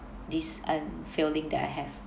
this I'm feeling that I have